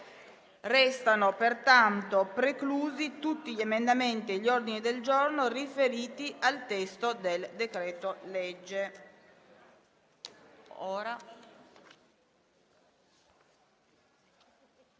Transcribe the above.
Risultano pertanto preclusi tutti gli emendamenti e gli ordini del giorno riferiti al testo del decreto-legge